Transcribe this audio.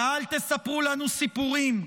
ואל תספרו לנו סיפורים.